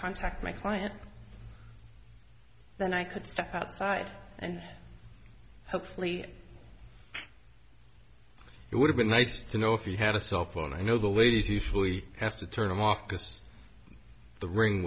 contact my client then i could step outside and hopefully it would have been nice to know if you had a cell phone i know the ladies usually have to turn them off because the ring